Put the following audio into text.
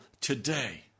today